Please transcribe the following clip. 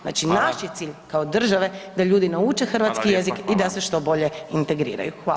Znači naš je cilj [[Upadica Radin: Hvala.]] kao države da ljudi na uče hrvatski jezik [[Upadica Radin: Hvala lijepa.]] i da se što bolje integriraju.